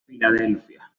filadelfia